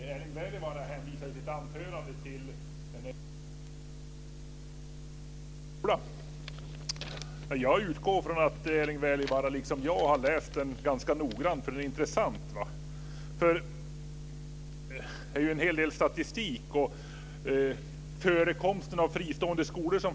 Fru talman! Erling Wälivaara hänvisade i sitt anförande till rapporten Konkurrens bildar skola. Jag utgår från att Erling Wälivaara liksom jag har läst den ganska noggrant, för den är intressant. Den innehåller en hel del forskarstatistik över fristående skolor.